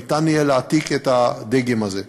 ניתן יהיה להעתיק את הדגם הזה.